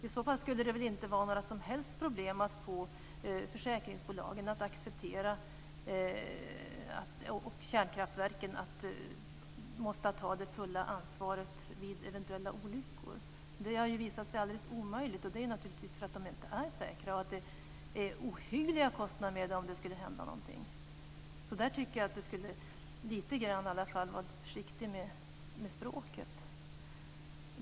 I så fall skulle det inte vara några som helst problem när det gäller försäkringsbolagen och när det gäller att få kärnkraftverken att ta det fulla ansvaret vid eventuella olyckor. Det har ju visat sig alldeles omöjligt. Så är det naturligtvis för att kärnkraftverken inte är säkra och för att det blir ohyggliga kostnader om det skulle hända någonting. I det här sammanhanget tycker jag att Ola Karlsson ska vara lite försiktig med språket.